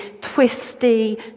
twisty